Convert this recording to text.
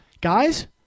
guys